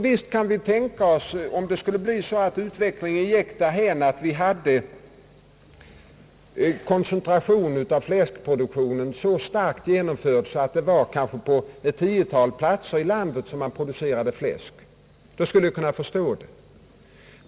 Visst kan vi leka med tanken att vi får en koncentration av fläskproduktionen så starkt genomförd att det blir på kanske ett tiotal platser i landet som man producerar fläsk; då skulle jag kunna förstå herr Bengtson.